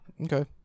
Okay